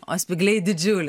o spygliai didžiuliai